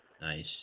Nice